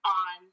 on